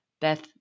Beth